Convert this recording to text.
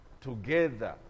together